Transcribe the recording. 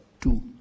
two